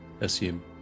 assume